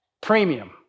Premium